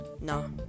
No